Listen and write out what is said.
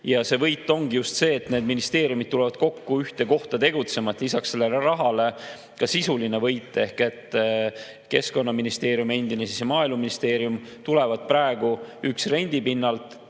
Ja võit ongi just see, et need ministeeriumid tulevad kokku ühte kohta tegutsema. Lisaks sellele rahale on ka sisuline võit. Keskkonnaministeerium ja endine Maaeluministeerium tulevad praegu üks rendipinnalt,